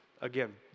again